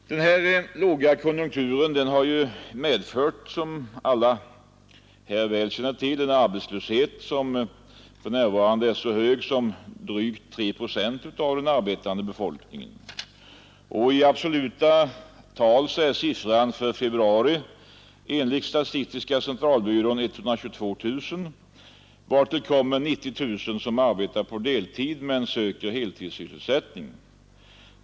Den här lågkonjunkturen har medfört, som alla väl känner till, en arbetslöshet som för närvarande är så hög som drygt 3 procent av antalet sysselsatta. I absoluta tal är siffran för februari enligt statistiska centralbyrån 122 000, vartill kommer 90 000 som arbetar på deltid men söker heltidssysselsättning.